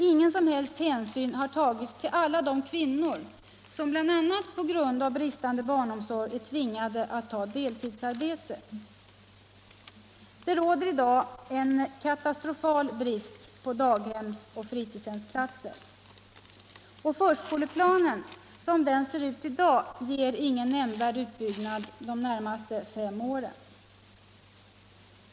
Ingen som helst hänsyn har tagits till alla de kvinnor som bl.a. på grund av bristande barnomsorg är tvingade att ta deltidsarbete. Det råder i dag en katastrofal brist på daghemsoch fritidshemsplatser. Enligt förskoleplanen — som den ser ut f. n. — kommer ingen nämnvärd utbyggnad att ske de närmaste fem åren.